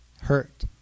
hurt